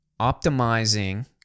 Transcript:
optimizing